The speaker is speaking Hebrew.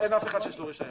אין אף אחד שיש לו רישיון.